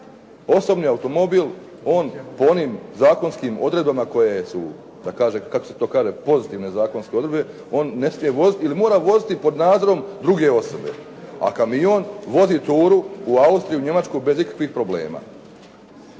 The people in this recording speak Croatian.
Osobni automobil on, po onim zakonskim odredbama koje su pozitivne zakonske odredbe, on ne smije voziti ili mora voziti pod nadzorom druge osobe. A kamion vozi turu u Austriju, Njemačku bez ikakvih problema.